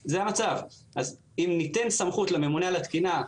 לכן אנחנו חייבים להיות בטוחים שנקטנו בכל האמצעים